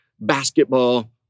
basketball